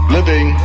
living